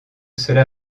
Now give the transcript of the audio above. cela